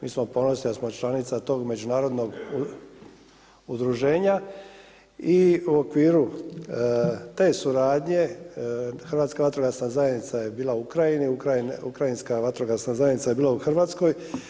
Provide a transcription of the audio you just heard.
Mi smo ponosni da smo članica tog međunarodnog udruženja i u okviru te suradnje Hrvatska vatrogasna zajednica je bila u Ukrajina, Ukrajinska vatrogasna zajednica je bila u Hrvatskoj.